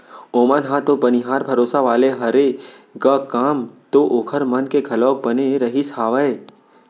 ओमन ह तो बनिहार भरोसा वाले हरे ग काम तो ओखर मन के घलोक बने रहिस हावय